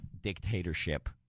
dictatorship